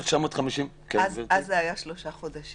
אז זה היה שלושה חודשים.